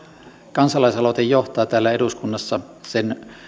kansalaisaloite johtaa täällä eduskunnassa sen